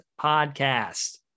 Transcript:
podcast